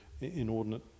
inordinate